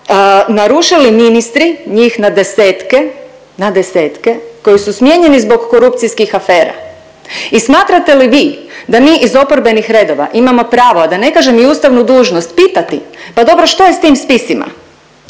narušili ministri, njih na desetke, na desetke koji su smijenjeni zbog korupcijskih afera i smatrate li vi da mi iz oporbenih redova imamo pravo, a da ne kažem i ustavnu dužnost pitati, pa dobro što je sa tim spisima.